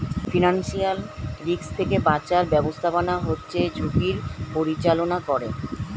financial risk থেকে বাঁচার ব্যাবস্থাপনা হচ্ছে ঝুঁকির পরিচালনা করে